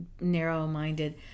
narrow-minded